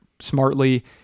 smartly